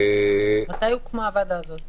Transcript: מתי הוקמה הוועדה הזאת?